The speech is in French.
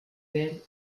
elle